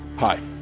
high.